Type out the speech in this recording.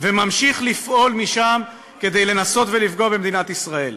וממשיך לפעול משם כדי לנסות ולפגוע במדינת ישראל.